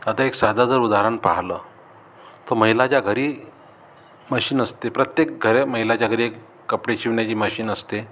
आता एक साधं जर उदाहरण पाहिलं तर महिलाच्या घरी मशीन असते प्रत्येक घरी महिलाच्या घरी एक कपडे शिवण्याची मशीन असते